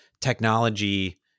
technology